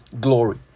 glory